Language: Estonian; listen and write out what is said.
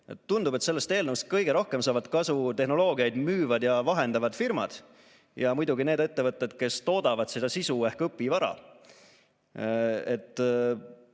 Tundub, et sellest eelnõust kõige rohkem saavad kasu tehnoloogiaid müüvad ja vahendavad firmad ning muidugi need ettevõtted, kes toodavad seda sisu ehk õpivara.